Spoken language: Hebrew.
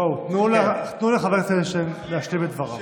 בואו, תנו לחבר הכנסת אדלשטיין להשלים את דבריו.